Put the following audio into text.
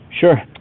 Sure